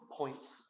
points